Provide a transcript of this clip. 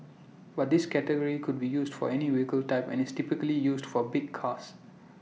but this category could be used for any vehicle type and is typically used for big cars